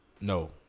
No